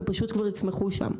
הן פשוט כבר ייצמחו שם.